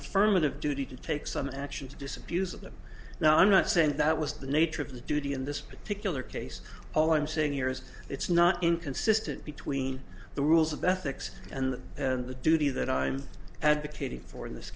affirmative duty to take some action to disabuse of them now i'm not saying that was the nature of the duty in this particular case all i'm saying here is it's not inconsistent between the rules of the ethics and the and the duty that i'm advocating for in this